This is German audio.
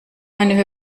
meine